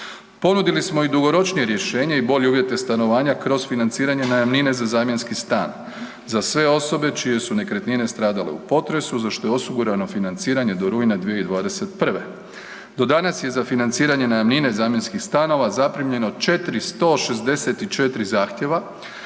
Ponudili smo i dugoročnije rješenje i bolje uvjete stanovanja kroz financiranje najamnine za zamjenski stan za sve osobe čije su nekretnine stradale u potresu, za što je osigurano financiranje do rujna 2021. Do danas je za financiranje najamnine zamjenskih stanova zaprimljeno 464 zahtjeva,